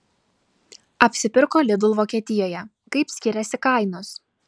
apsipirko lidl vokietijoje kaip skiriasi kainos